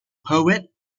poet